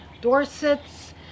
Dorsets